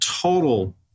total